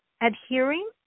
adhering